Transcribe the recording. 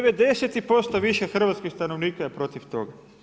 90% i više hrvatskih stanovnika je protiv toga.